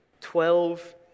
Twelve